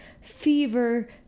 fever